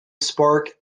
spark